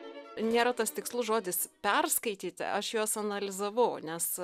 nėra tas tikslus žodis perskaityti aš juos analizavau nes